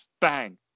Bang